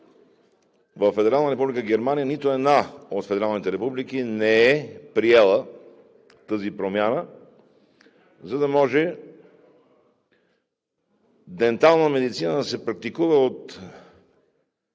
във Федерална република Германия нито една от федералните републики не е приела тази промяна, за да може дентална медицина да се практикува от